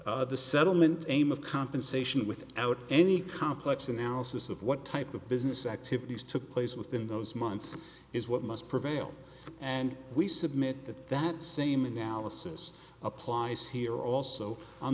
the settlement aim of compensation without any complex analysis of what type of business activities took place within those months is what must prevail and we submit that that same analysis applies here also on